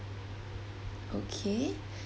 okay